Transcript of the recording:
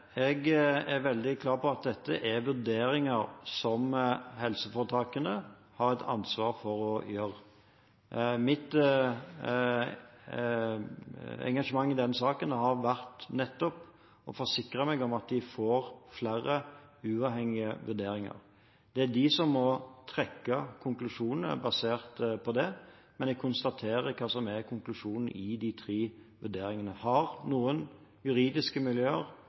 Jeg er veldig klar på at dette er vurderinger som helseforetakene har et ansvar for å gjøre. Mitt engasjement i denne saken har vært nettopp å forsikre meg om at de får flere uavhengige vurderinger. Det er de som må trekke konklusjonene basert på det, men jeg konstaterer hva som er konklusjonen i de tre vurderingene. Har noen juridiske miljøer